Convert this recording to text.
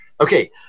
okay